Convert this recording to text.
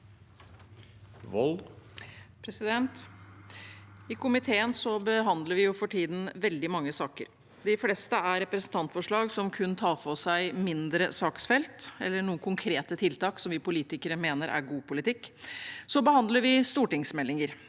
I komiteen behandler vi for tiden veldig mange saker. De fleste er representantforslag som kun tar for seg mindre saksfelt, eller noen konkrete tiltak som vi politikere mener er god politikk. Så behandler vi stortingsmeldinger.